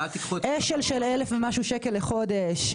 אש"ל של 1,000 ומשהו שקלים לחודש.